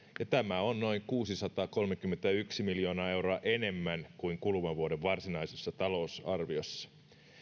ja tämä on noin kuusisataakolmekymmentäyksi miljoonaa euroa enemmän kuin kuluvan vuoden varsinaisessa talousarviossa